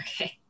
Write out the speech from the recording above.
Okay